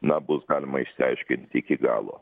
na bus galima išsiaiškinti iki galo